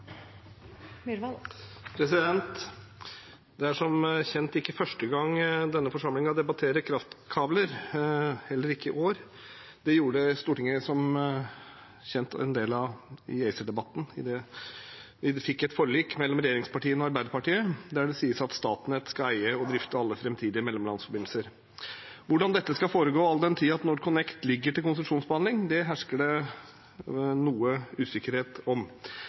NorthConnect. Det er som kjent ikke første gang denne forsamlingen debatterer kraftkabler, heller ikke i år. Det gjorde Stortinget som en del av ACER-debatten, der det var et forlik mellom regjeringspartiene og Arbeiderpartiet der det sies at Statnett skal eie og drifte alle framtidige mellomlandsforbindelser. Hvordan dette skal foregå, all den tid NorthConnect ligger til konsesjonsbehandling, hersker det noe usikkerhet om.